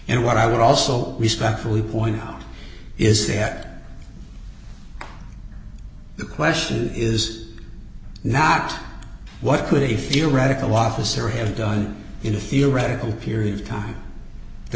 and what i would also respectfully point is there the question is not what could a theoretical officer have done in a theoretical period of time the